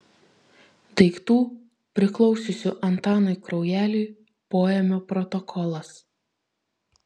daiktų priklausiusių antanui kraujeliui poėmio protokolas